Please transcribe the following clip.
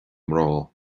mná